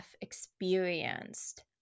experienced